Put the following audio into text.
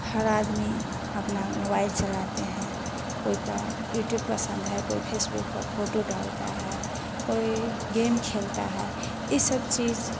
हर आदमी अपना मोबाइल चलाते हैं कोई का युट्यूब पसन्द है कोई फेसबुक पर फोटो डालता है कोई गेम खेलता है ई सब चीज़